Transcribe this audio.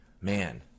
Man